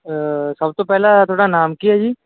ਸਭ ਤੋਂ ਪਹਿਲਾਂ ਤੁਹਾਡਾ ਨਾਮ ਕੀ ਹੈ ਜੀ